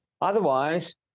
Otherwise